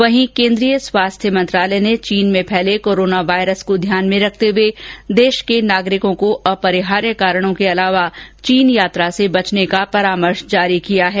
वहीं केन्द्रीय स्वास्थ्य मंत्रालय ने चीन में फैले कोरोना वायरस को ध्यान में रखते हुए देश के नागरिकों को अपरिहार्य कारणों के अलावा चीन यात्रा से बचने का परामर्श जारी किया है